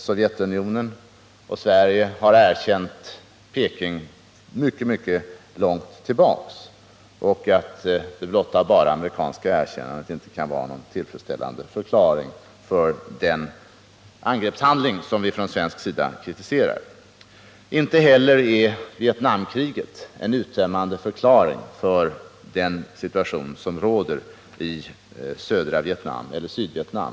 Sovjetunionen och Sverige, har erkänt Peking mycket långt tillbaka, och att blott det amerikanska erkännandet inte kan vara någon tillfredsställande förklaring till den angreppshandling som vi från svensk sida kritiserar. Inte heller är Vietnamkriget en uttömmande förklaring till den situation som råder i södra Vietnam —- eller Sydvietnam.